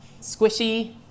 squishy